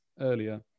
earlier